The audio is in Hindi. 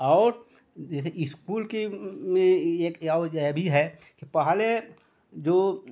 और जैसे स्कूल की एक और ये भी है कि पहले जो